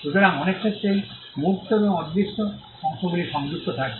সুতরাং অনেক ক্ষেত্রেই মূর্ত এবং অদৃশ্য অংশগুলি সংযুক্ত থাকে